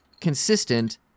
consistent